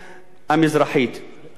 זה דבר מסוכן מאוד.